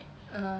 (uh huh)